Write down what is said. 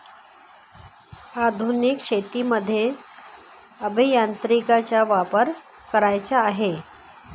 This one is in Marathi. आधुनिक शेतीमध्ये अभियांत्रिकीचा वापर करायचा आहे